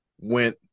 Went